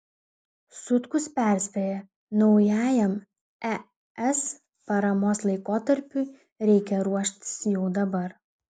sutkus perspėja naujajam es paramos laikotarpiui reikia ruoštis jau dabar